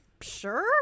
sure